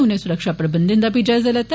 उनें सुरक्षा प्रबंधै दा बी जायजा लैता